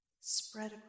spread